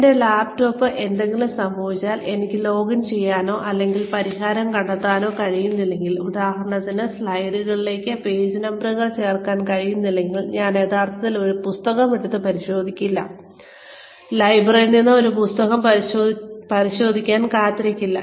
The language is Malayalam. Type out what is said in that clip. എന്റെ ലാപ്ടോപ്പിന് എന്തെങ്കിലും സംഭവിച്ച് എനിക്ക് ലോഗിൻ ചെയ്യാനോ അല്ലെങ്കിൽ ഒരു പരിഹാരം കണ്ടെത്താനോ കഴിയുന്നില്ലെങ്കിൽ ഉദാഹരണത്തിന് സ്ലൈഡുകളിലേക്ക് പേജ് നമ്പറുകൾ ചേർക്കാൻ കഴിയുന്നില്ലെങ്കിൽ ഞാൻ യഥാർത്ഥത്തിൽ ഒരു പുസ്തകം എടുത്ത് പരിശോധിക്കില്ല ലൈബ്രറിയിൽ നിന്ന് ഒരു പുസ്തകം പരിശോധിക്കാൻ കാത്തിരിക്കില്ല